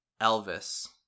Elvis